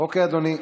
משרד ההשכלה והמים,